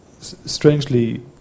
strangely